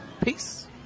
Peace